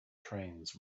trains